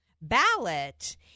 ballot –